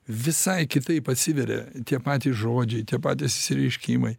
visai kitaip atsiveria tie patys žodžiai tie patys išsireiškimai